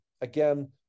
Again